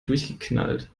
durchgeknallt